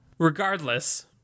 Regardless